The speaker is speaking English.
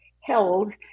held